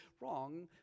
wrong